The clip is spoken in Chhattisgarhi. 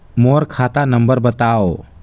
मोर खाता नम्बर बताव?